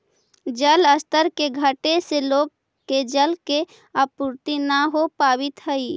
जलस्तर के घटे से लोग के जल के आपूर्ति न हो पावित हई